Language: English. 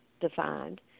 defined